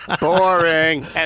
Boring